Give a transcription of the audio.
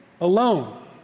alone